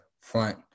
front